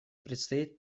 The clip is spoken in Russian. предстоит